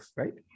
right